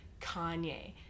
Kanye